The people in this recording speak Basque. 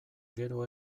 gero